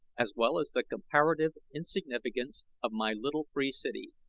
as well as the comparative insignificance of my little free city,